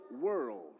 world